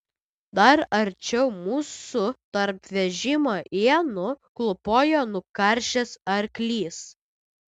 dar arčiau mūsų tarp vežimo ienų klūpojo nukaršęs arklys